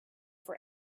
for